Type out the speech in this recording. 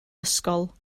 ysgol